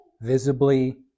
visibly